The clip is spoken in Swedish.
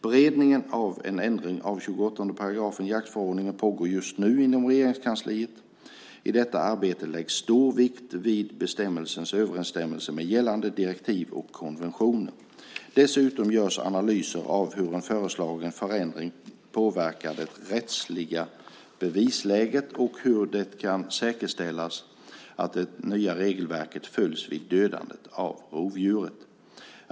Beredningen av en ändring av 28 § jaktförordningen pågår just nu inom Regeringskansliet. I detta arbete läggs stor vikt vid bestämmelsens överensstämmelse med gällande direktiv och konventioner. Dessutom görs analyser av hur en föreslagen förändring påverkar det rättsliga bevisläget och hur det kan säkerställas att det nya regelverket följs vid dödandet av rovdjuret.